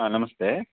हा नमस्ते